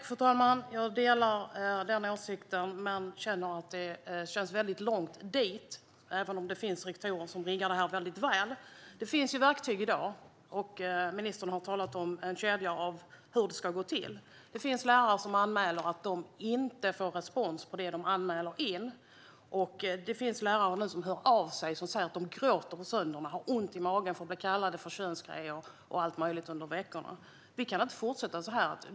Fru talman! Jag delar den åsikten men känner att det är långt dit, även om det finns rektorer som riggar detta väldigt väl. Det finns verktyg i dag. Ministern har talat om en kedja och hur det ska gå till. Men det finns lärare som berättar att de inte får respons på det de anmäler. Det finns lärare som hör av sig och säger att de gråter på söndagarna och har ont i magen inför att bli kallade könsord och allt möjligt under veckorna. Vi kan inte fortsätta så här.